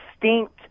distinct